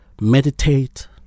meditate